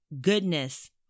goodness